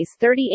38